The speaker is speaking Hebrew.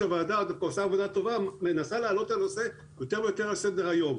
הוועדה עושה עבודה טובה ומנסה להעלות את הנושא יותר ויותר על סדר היום.